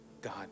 God